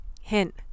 Hint